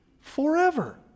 forever